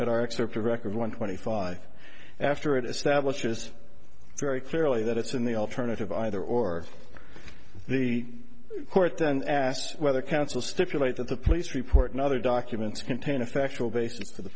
at our excerpt a record one twenty five after it establishes very clearly that it's in the alternative either or the court then asked whether counsel stipulate that the police report and other documents contain a factual basis for the